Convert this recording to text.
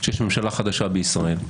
שיש ממשלה חדשה בישראל.